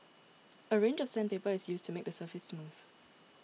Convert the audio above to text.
a range of sandpaper is used to make the surface smooth